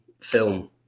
film